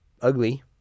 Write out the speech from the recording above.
ugly